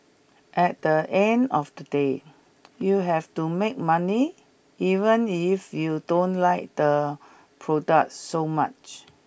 at the end of the day you have to make money even if you don't like the product so much